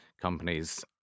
companies